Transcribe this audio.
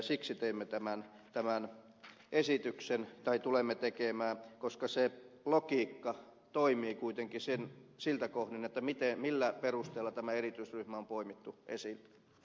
siksi tulemme tekemään tämän esityksen koska se logiikka toimii kuitenkin siltä kohdin millä perusteella tämä erityisryhmä on poimittu esille